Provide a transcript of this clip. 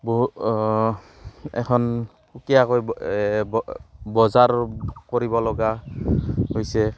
বহু এখন সুকীয়াকৈ ব ব বজাৰ কৰিবলগা হৈছে